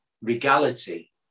regality